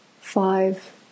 five